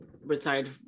retired